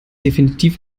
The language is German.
definitiv